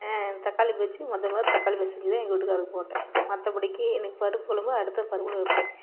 தக்காளிபச்சி முதமுதல் தக்காளிபச்சி செஞ்சு தான் எங்கள் வீட்டுக்காரருக்கு போட்டேன் மற்றபடிக்கி எனக்கு பருப்பு கொழம்பு அடுத்த பருப்பில் வைப்பேன்